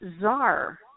czar